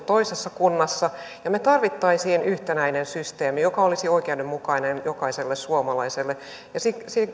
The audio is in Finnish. toisessa kunnassa me tarvitsisimme yhtenäisen systeemin joka olisi oikeudenmukainen jokaiselle suomalaiselle ja